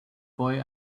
boy